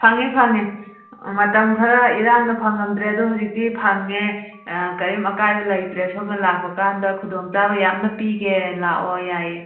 ꯐꯪꯉꯦ ꯐꯪꯉꯦ ꯃꯇꯝ ꯈꯔ ꯏꯔꯥꯡꯅ ꯐꯪꯉꯝꯗ꯭ꯔꯦ ꯑꯗꯨ ꯍꯧꯖꯤꯛꯇꯤ ꯐꯪꯉꯦ ꯀꯔꯤꯝ ꯑꯀꯥꯏꯕ ꯂꯩꯇ꯭ꯔꯦ ꯁꯣꯝꯅ ꯂꯥꯛꯄꯀꯥꯟꯗ ꯈꯨꯗꯣꯡ ꯆꯥꯕ ꯌꯥꯝꯅ ꯄꯤꯒꯦ ꯂꯥꯛꯑꯣ ꯌꯥꯏꯌꯦ